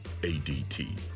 ADT